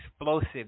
explosive